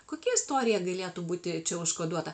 kokia istorija galėtų būti čia užkoduota